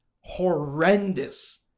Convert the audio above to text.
horrendous